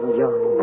young